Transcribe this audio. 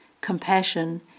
compassion